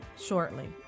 shortly